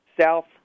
South